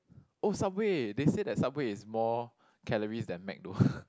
oh Subway they said that Subway is more calories than Mac though